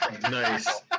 Nice